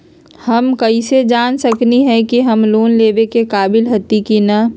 हम कईसे जान सकली ह कि हम लोन लेवे के काबिल हती कि न?